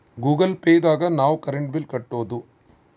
Google Pay ದಾಗ ನಾವ್ current bill ಕಟ್ಟೋದು